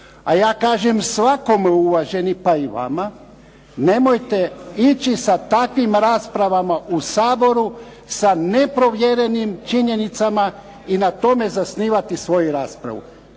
a ja kažem svakome uvaženi pa i vama, nemojte ići sa takvim raspravama u Saboru sa neprovjerenim činjenicama i na tome zasnivati svoju raspravu.